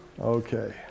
Okay